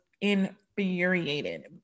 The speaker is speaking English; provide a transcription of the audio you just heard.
infuriated